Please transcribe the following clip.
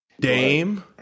Dame